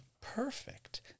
perfect